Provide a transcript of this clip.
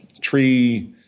Tree